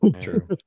true